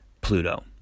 Pluto